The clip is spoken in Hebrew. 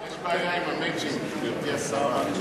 יש בעיה עם ה"מצ'ינג", גברתי השרה.